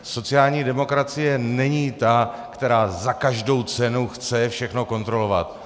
Sociální demokracie není ta, která za každou cenu chce všechno kontrolovat.